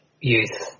youth